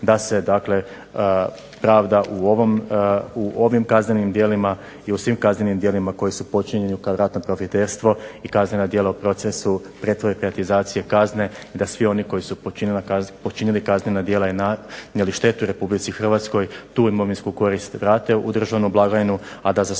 da se pravda u ovim kaznenim djelima i u svim kaznenim djelima koja su počinjena kao ratno profiterstvo i kaznena djela u procesu pretvorbe i privatizacije kazne i da svi oni koji su počinili kaznena djela i nanijeli štetu Republici Hrvatskoj tu imovinsku korist vrate u državnu blagajnu, a da za